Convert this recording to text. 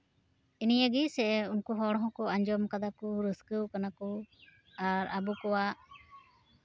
ᱱᱤᱭᱟᱹ ᱜᱮ ᱥᱮ ᱩᱱᱠᱩ ᱦᱚᱲ ᱦᱚᱸᱠᱚ ᱟᱸᱡᱚᱢ ᱠᱟᱫᱟ ᱠᱚ ᱨᱟᱹᱥᱠᱟᱹᱣ ᱠᱟᱱᱟ ᱠᱚ ᱟᱨ ᱟᱵᱚ ᱠᱚᱣᱟᱜ